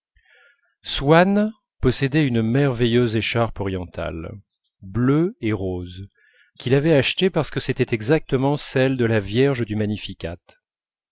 swann possédait une merveilleuse écharpe orientale bleue et rose qu'il avait achetée parce que c'était exactement celle de la vierge du magnificat